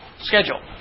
schedule